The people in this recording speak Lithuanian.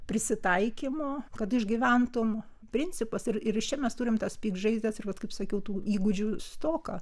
prisitaikymo kad išgyventum principas ir ir iš čia mes turime tas piktžaizdes ir vat kaip sakiau tų įgūdžių stoką